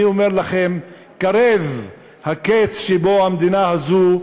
אני אומר לכם, קרב הקץ שבו המדינה הזו,